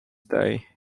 day